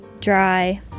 dry